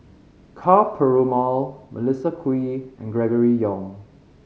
Ka Perumal Melissa Kwee and Gregory Yong